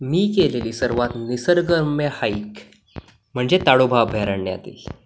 मी केलेली सर्वात निसर्गरम्य हाईक म्हणजे ताडोबा अभयारण्यातील